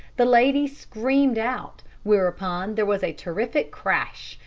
the lady screamed out, whereupon there was a terrific crash,